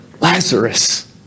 Lazarus